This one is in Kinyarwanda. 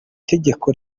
tegeko